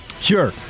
Sure